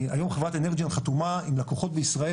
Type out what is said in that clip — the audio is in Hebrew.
היום חברת אנרג'יאן חתומה עם לקוחות בישראל